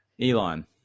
Elon